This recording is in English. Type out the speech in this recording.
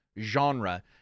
genre